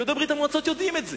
יהודי ברית-המועצות יודעים את זה.